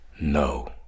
No